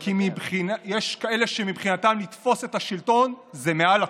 כי יש כאלה שמבחינתם לתפוס את השלטון זה מעל לכול,